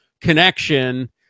connection